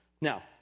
Now